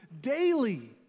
daily